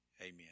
amen